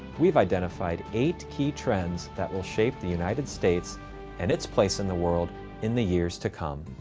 we've identified eight key trends that will shape the united states and its place in the world in the years to come.